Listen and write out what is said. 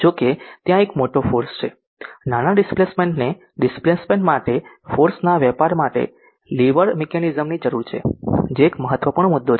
જો કે ત્યાં એક મોટો ફોર્સ છે નાના ડિસ્પ્લેસમેન્ટ ને ડિસ્પ્લેસમેન્ટ માટે ફોર્સ ના વેપાર માટે લિવર મિકેનિઝમ ની જરૂર છે જે એક મહત્વપૂર્ણ મુદ્દો છે